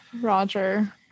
Roger